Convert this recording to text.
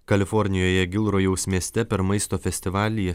kalifornijoje gil rojaus mieste per maisto festivalyje